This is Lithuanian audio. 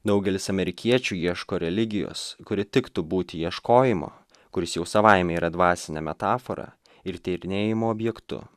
daugelis amerikiečių ieško religijos kuri tiktų būti ieškojimo kuris jau savaime yra dvasinė metafora ir tyrinėjimo objektu